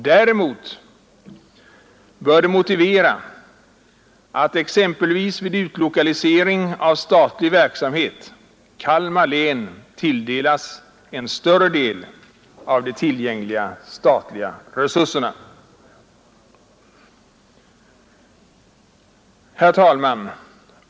Däremot bör det motivera att exempelvis vid utlokalisering av statlig verksamhet Kalmar län tilldelas en större andel av de tillgängliga statliga resurserna. Herr talman!